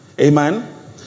Amen